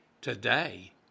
Today